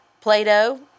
Play-Doh